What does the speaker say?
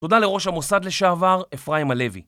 תודה לראש המוסד לשעבר, אפריים הלוי